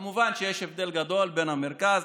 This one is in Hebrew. כמובן שיש הבדל גדול בין המרכז,